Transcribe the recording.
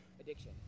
addiction